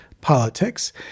Politics